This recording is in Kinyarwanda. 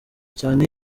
cyane